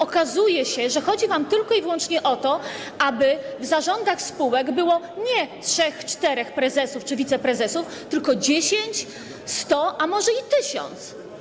Okazuje się, że chodzi wam tylko i wyłącznie o to, aby w zarządach spółek było nie 3–4 prezesów czy wiceprezesów, tylko 10, 100, a może i 1000.